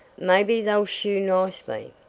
maybe they'll shoo nicely.